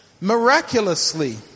miraculously